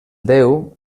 déu